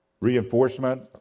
reinforcement